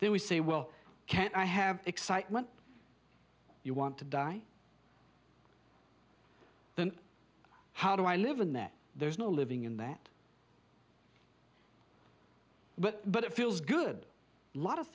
we say well can i have excitement you want to die then how do i live in that there's no living in that but but it feels good lot of